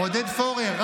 עודד פורר,